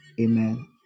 Amen